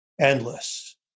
endless